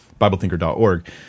BibleThinker.org